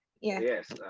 yes